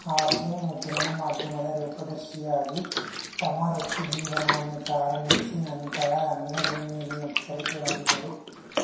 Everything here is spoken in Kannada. ಆಕೆ ಮುದ್ರಣ ಮಾಧ್ಯಮದ ರೂಪದರ್ಶಿಯಾಗಿ ತಮ್ಮ ವೃತ್ತಿಜೀವನವನ್ನು ಪ್ರಾರಂಭಿಸಿ ನಂತರ ರಂಗಭೂಮಿಯಲ್ಲಿ ನಟಿಸಲು ತೊಡಗಿದರು